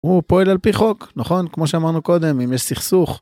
הוא פועל על פי חוק, נכון, כמו שאמרנו קודם, אם יש סכסוך...